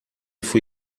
fui